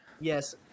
yes